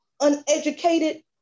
uneducated